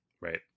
Right